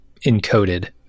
encoded